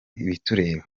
ibitureba